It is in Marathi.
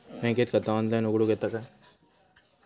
बँकेत खाता ऑनलाइन उघडूक येता काय?